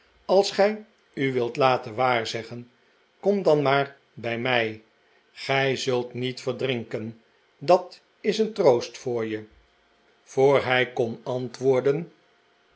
als gij u wilt laten waarzeggen kom dan maar bij mij gij zult niet verdrinken dat is een troost voor je voor hij kon antwoorden